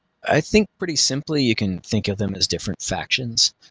i think pretty simply you can think of them as different factions.